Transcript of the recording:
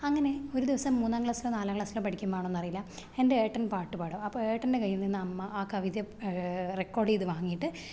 അങ്ങനെ ഒരുദിവസം മൂന്നാം ക്ലാസ്സിലൊ നാലാം ക്ലാസ്സിലൊ പഠിക്കുമ്പാണോന്നറിയില്ല എന്റെ ഏട്ടന് പാട്ടു പാടും അപ്പോൾ ഏട്ടന്റെ കയ്യിൽ നിന്ന് അമ്മ ആ കവിത റെക്കോര്ഡ് ചെയ്ത് വാങ്ങീട്ട്